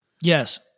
Yes